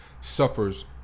suffers